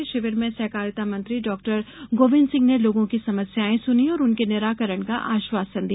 इस शिविर में सहकारिता मंत्री डाक्टर गोविंद सिंह ने लोगों की समस्याएं सुनी और उनके निराकरण का आश्वासन दिया